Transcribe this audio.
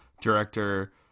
director